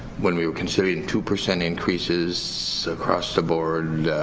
when we were considering two percent increases across the board